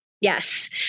Yes